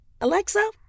Alexa